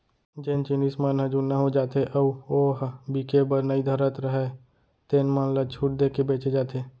जेन जिनस मन ह जुन्ना हो जाथे अउ ओ ह बिके बर नइ धरत राहय तेन मन ल छूट देके बेचे जाथे